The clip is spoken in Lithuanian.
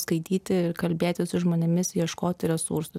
skaityti ir kalbėti su žmonėmis ieškoti resursų